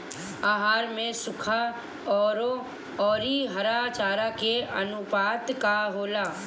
आहार में सुखा औरी हरा चारा के आनुपात का होला?